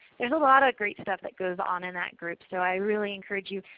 there's a lot of great stuff that goes on in that group so i really encourage you,